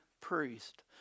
priest